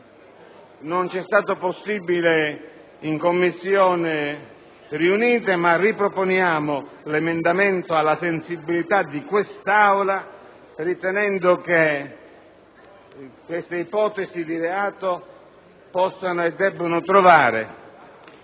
non è stato possibile farlo nelle Commissioni riunite, riproponiamo l'emendamento alla sensibilità di questa Aula ritenendo che tali ipotesi di reato possano e debbano trovare